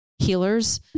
healers